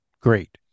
great